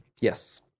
Yes